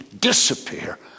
disappear